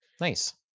nice